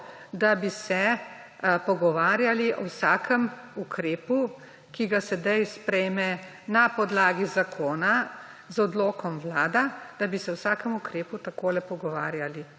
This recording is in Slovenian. da bi se pogovarjali o vsakem ukrepu, ki ga sedaj sprejme na podlagi zakona z odlokom vlada, da bi se o vsakem ukrepu takole pogovarjali.